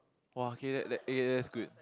!wah! okay that that A_S good